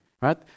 right